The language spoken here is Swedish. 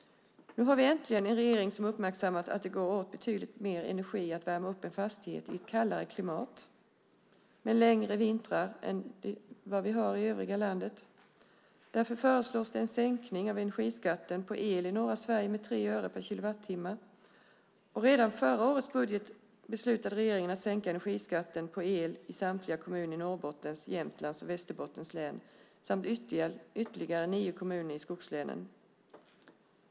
Nu har vi äntligen en regering som uppmärksammat att det går åt betydligt mer energi att värma upp en fastighet i ett kallare klimat med längre vintrar än vad vi har i övriga landet. Därför föreslås det en sänkning av energiskatten på el i norra Sverige med 3 öre per kilowattimme. Redan förra året beslutade regeringen att sänka energiskatten på el i samtliga kommuner i Norrbottens, Jämtlands och Västerbottens län samt i ytterligare nio kommuner i skogslänen.